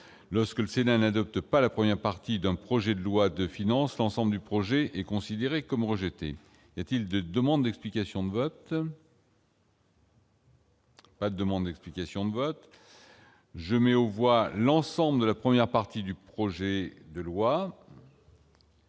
lorsque le Sénat n'adopte pas la première partie d'un projet de loi de finance l'ensemble du projet est considéré comme rejeté, y a-t-il de demandes d'explications de vote. La demande d'explication de vote. Je mets au voix l'ensemble de la première partie du projet de loi.